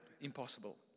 impossible